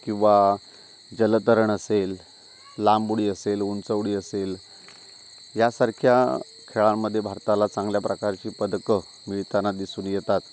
किंवा जलतरण असेल लांब उडी असेल उंच उडी असेल यासारख्या खेळांमध्ये भारताला चांगल्या प्रकारची पदकं मिळताना दिसून येतात